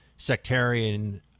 sectarian